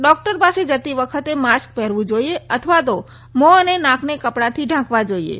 doctor પાસે જતી વખતે માસ્ક પહેરવું જોઈએ અથવા તો મોં અને નાકને કપડાથી ઢાંકવા જોઈએ